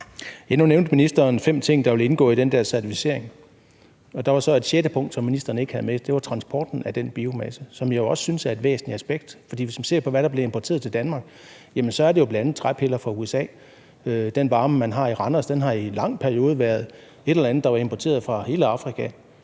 Nu nævnte ministeren fem ting, der vil indgå i den der certificering, og der er så et sjette punkt, som ministeren ikke havde med, og det er transporten af den biomasse, som jeg jo også synes er et væsentligt aspekt. For hvis man ser på, hvad der bliver importeret til Danmark, jamen så er det jo bl.a. træpiller fra USA. Den varme, man har i Randers, har i en lang periode været fra et eller andet, der var importeret fra hele Afrika,